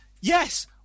Yes